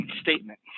statement